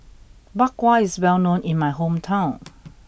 Bak Kwa is well known in my hometown